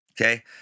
Okay